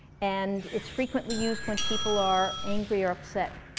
and its frequently used when people are angry or upset,